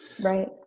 Right